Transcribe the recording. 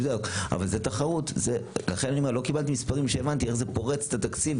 לא קיבלתי מספרים מהם הבנתי איך זה פורץ את התקציב